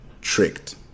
tricked